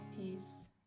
peace